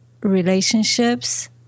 relationships